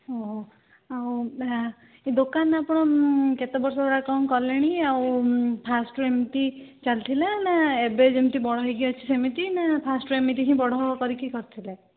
ଆଉ ଏ ଦୋକାନ ଆପଣ କେତେ ବର୍ଷ ହେଲା କ'ଣ କଲେଣି ଆଉ ଫାଷ୍ଟରୁ ଏମତି ଚାଲିଥିଲା ନା ଏବେ ଯେମିତି ବଡ଼ ହେଇକି ଅଛି ସେମିତି ନା ଫାଷ୍ଟରୁ ଏମିତି ହିଁ ବଡ଼ କରିକି କରିଥିଲେ